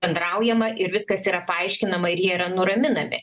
bendraujama ir viskas yra paaiškinama ir jie yra nuraminami